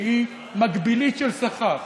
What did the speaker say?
שהיא מקבילית של שכר,